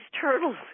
turtles